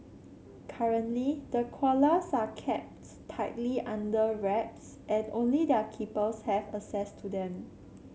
currently the koalas are kept tightly under wraps and only their keepers have access to them